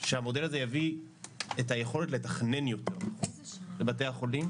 שהמודל הזה יביא את היכולת לתכנן יותר לבתי החולים.